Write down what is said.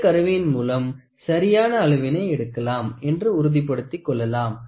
இந்த கருவியின் மூலம் சரியான அளவினை எடுக்கலாம் என்று உறுதிப்படுத்திக் கொள்ளலாம்